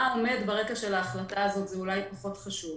מה עומד ברקע של ההחלטה הזאת זה אולי פחות חשוב,